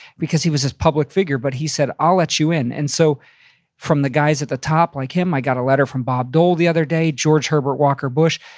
because he was this public figure. but he said, i'll let you in. and so from the guys at the top like him, i got a letter from bob dole the other day, george herbert walker bush,